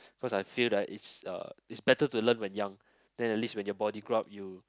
cause I feel like it's uh it's better to learn when young then at least when your body grow up you